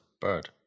bird